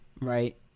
right